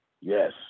yes